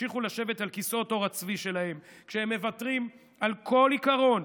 ימשיכו לשבת על כיסאות עור הצבי שלהם כשהם מוותרים על כל עיקרון,